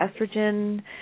estrogen